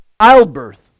childbirth